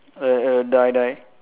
err err die die